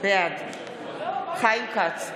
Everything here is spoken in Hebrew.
בעד חיים כץ,